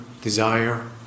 desire